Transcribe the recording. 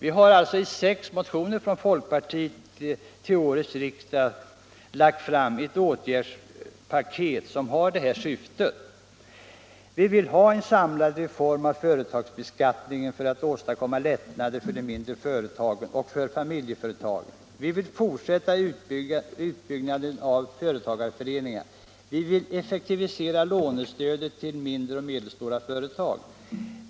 I sex motioner till årets riksdag har vi från folkpartiet lagt fram ett åtgärdspaket som har detta syfte. Vi vill ha en samlad reform av företagsbeskattningen för att åstadkomma lättnader för de mindre företagen och för familjeföretagen. Vi vill fortsätta utbyggnaden av företagarföreningarna. Vi vill effektivisera lånestödet till mindre och medelstora företag.